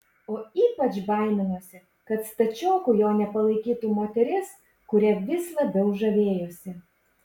o ypač baiminosi kad stačioku jo nepalaikytų moteris kuria vis labiau žavėjosi